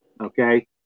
okay